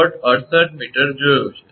68 𝑚 જોયું છે